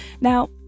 now